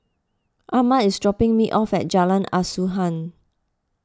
Armand is dropping me off at Jalan Asuhan